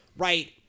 right